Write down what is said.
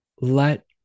let